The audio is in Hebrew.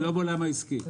לא בעולם העסקי.